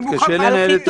אני אתקשה לנהל את הדיון.